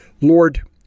Lord